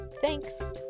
Thanks